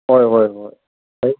ꯍꯣꯏ ꯍꯣꯏ ꯍꯣꯏ ꯐꯩ ꯐꯩ